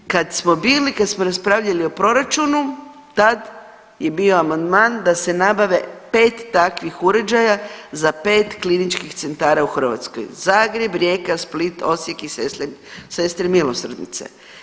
Kad smo bili i kad smo raspravljali o proračunu tad je bio amandman da se nabave 5 takvih uređaja za 5 kliničkih centara u Hrvatskoj, Zagreb, Rijeka, Split, Osijek i Sestre Milosrdnice.